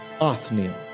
othniel